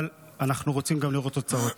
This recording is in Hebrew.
אבל אנחנו רוצים גם לראות תוצאות.